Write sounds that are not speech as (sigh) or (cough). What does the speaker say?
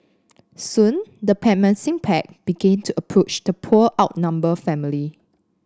soon the (unintelligible) pack began to approach the poor outnumbered family